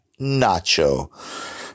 Nacho